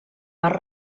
bar